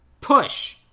push